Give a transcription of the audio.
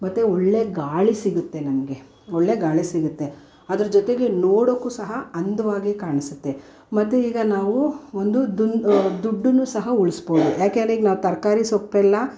ಮತ್ತು ಒಳ್ಳೆಯ ಗಾಳಿ ಸಿಗುತ್ತೆ ನಮಗೆ ಒಳ್ಳೆಯ ಗಾಳಿ ಸಿಗುತ್ತೆ ಅದ್ರ ಜೊತೆಗೆ ನೋಡೋಕು ಸಹ ಅಂದವಾಗೇ ಕಾಣಿಸುತ್ತೆ ಮತ್ತು ಈಗ ನಾವು ಒಂದು ದುಡ್ಡನ್ನು ಸಹ ಉಳಿಸ್ಬೋದು ಯಾಕೆಂದರೆ ಈಗ ನಾವು ತರಕಾರಿ ಸೊಪ್ಪೆಲ್ಲಾ